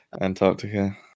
antarctica